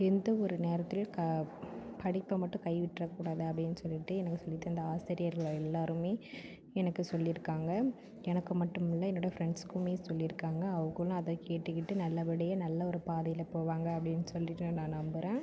எந்த ஒரு நேரத்துலேயும் க படிப்பை மட்டும் கை விட்டுற கூடாது அப்படின் சொல்லிவிட்டு எனக்கு சொல்லி தந்த ஆசிரியர்கள் எல்லாருமே எனக்கு சொல்லியிருக்காங்க எனக்கு மட்டும் இல்லை என்னோடய ஃப்ரெண்ட்ஸ்க்குமே சொல்லியிருக்காங்க அவங்களும் அதுதான் கேட்டுக்கிட்டு நல்லபடியாக நல்ல ஒரு பாதையில் போவாங்க அப்படின் சொல்லிவிட்டு நான் நம்புகிறேன்